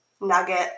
nugget